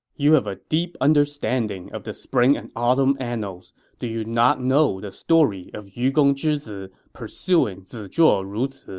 you have a deep understanding of the spring and autumn annals. do you not know the story of yugong zhizi pursuing zizhuo ruzi?